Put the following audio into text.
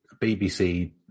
BBC